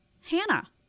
Hannah